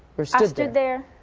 or stood stood there?